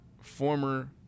former